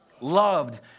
Loved